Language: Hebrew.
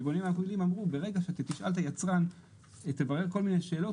יבואנים המקבילים אמרו: ברגע שאתה שתשאל את היצרן ותברר כל מיני שאלות,